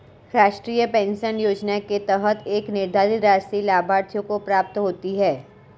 राष्ट्रीय पेंशन योजना के तहत एक निर्धारित राशि लाभार्थियों को प्राप्त होती है